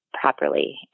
properly